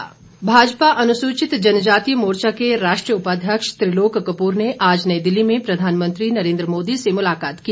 त्रिलोक भाजपा अनुसूचित जनजातीय मोर्चा के राष्ट्रीय उपाध्यक्ष त्रिलोक कपूर ने आज नई दिल्ली में प्रधानमंत्री नरेंद्र मोदी से मुलाकात की